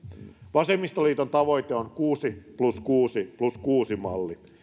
vasemmistoliiton tavoite on kuusi plus kuusi plus kuusi malli